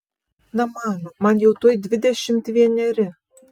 na mama man jau tuoj dvidešimt vieneri